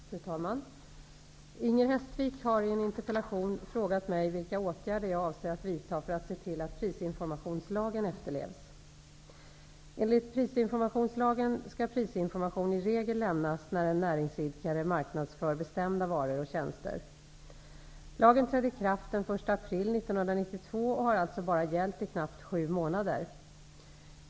Fru talman! Inger Hestvik har i en interpellation frågat mig vilka åtgärder jag avser att vidta för att se till att prisinformationslagen efterlevs. Lagen trädde i kraft den 1 april 1992 och har alltså bara gällt i knappt sju månader.